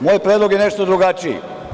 Moj predlog je nešto drugačiji.